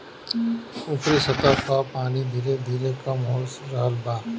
ऊपरी सतह कअ पानी धीरे धीरे कम हो रहल बा